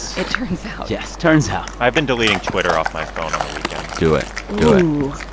it turns out yes. turns out i've been deleting twitter off my phone on the weekends do it. do it ooh,